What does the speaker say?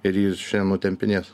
ir jį šiandien nutempinės